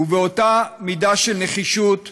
ובאותה מידה של נחישות שמטפלים,